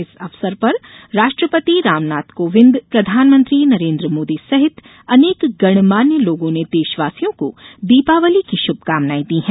इस अवसर पर राष्ट्रपति रामनाथ कोविंद प्रधानमंत्री नरेन्द्र मोदी सहित अनेक गणमान्य लोगों ने देशवासियों को दीपावली की शुभकामनाएं दी हैं